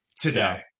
today